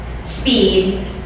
speed